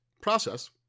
process